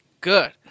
good